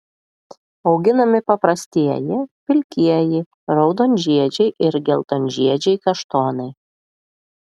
auginami paprastieji pilkieji raudonžiedžiai ir geltonžiedžiai kaštonai